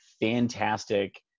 fantastic